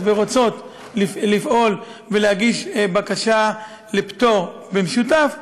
ורוצות לפעול ולהגיש בקשה לפטור במשותף,